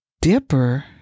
dipper